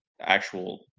actual